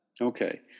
Okay